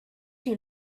you